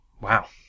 Wow